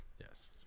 Yes